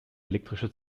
elektrische